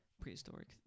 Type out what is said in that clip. prehistoric